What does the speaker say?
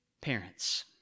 parents